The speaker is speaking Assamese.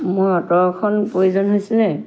মোৰ অ'টো এখন প্ৰয়োজন হৈছিলে